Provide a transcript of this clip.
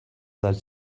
that